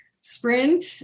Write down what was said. sprint